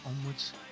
onwards